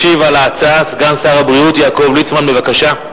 ישיב על ההצעה סגן שר הבריאות יעקב ליצמן, בבקשה.